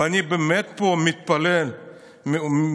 ואני באמת פה מתפלא ומופתע,